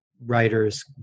writers